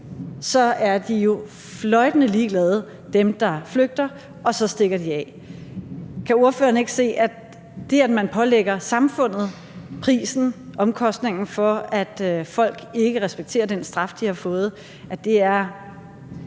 flygter, fløjtende ligeglade og stikker af. Kan ordføreren ikke se, at det, at man pålægger samfundet prisen for, at folk ikke respekterer den straf, de har fået, er